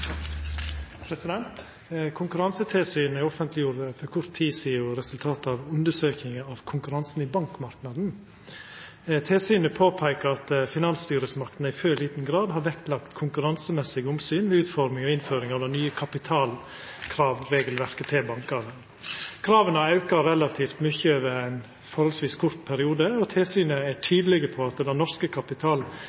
Konkurransetilsynet offentleggjorde for kort tid sidan resultatet av undersøkinga av konkurransen i bankmarknaden. Tilsynet peiker på at finansstyresmaktene i for liten grad har vektlagt konkurransemessige omsyn ved utforming og innføring av det nye kapitalkravregelverket til bankane. Krava auka relativt mykje over ein forholdsvis kort periode, og tilsynet er